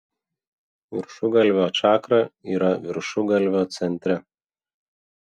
viršugalvio čakra yra viršugalvio centre